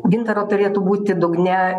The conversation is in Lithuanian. gintaro turėtų būti dugne